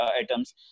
items